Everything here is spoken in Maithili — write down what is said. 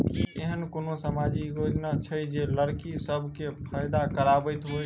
की एहेन कोनो सामाजिक योजना छै जे लड़की सब केँ फैदा कराबैत होइ?